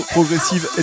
Progressive